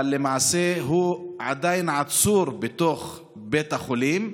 אבל למעשה הוא עדיין עצור בתוך בית החולים,